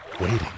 waiting